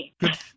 Good